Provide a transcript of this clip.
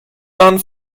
dann